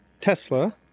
Tesla